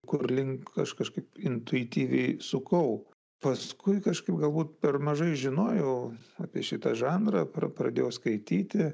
kur link aš kažkaip intuityviai sukau paskui kažkaip galbūt per mažai žinojau apie šitą žanrą pra pradėjau skaityti